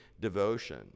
devotion